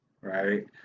right